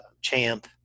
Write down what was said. Champ